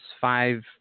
five